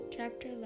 chapter